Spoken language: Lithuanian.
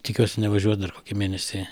tikiuosi nevažiuot dar kokį mėnesį